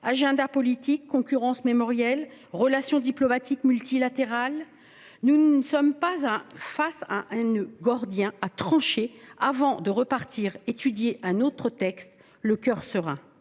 agendas politiques, concurrence mémorielle, relations diplomatiques multilatérales ... Nous ne sommes pas face à un noeud gordien qu'il faudrait trancher avant de repartir examiner un autre texte, le coeur serein.